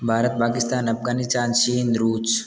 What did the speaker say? भारत पाकिस्तान अफ़ग़ानिस्तान चीन रूस